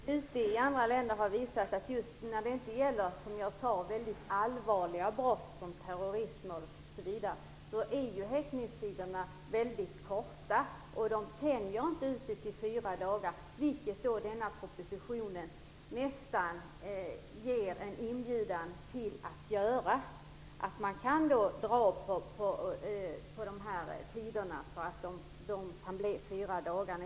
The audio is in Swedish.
Fru talman! Praxis i andra länder visar att när det inte gäller allvarliga brott, exempelvis terrorism, är häktningstiderna väldigt korta. De tänjs inte ut till fyra dagar, vilket denna proposition nästan inbjuder till - det kan alltså bli så att man drar ut på tiden så att praxis blir fyra dagar.